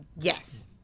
Yes